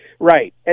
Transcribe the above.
Right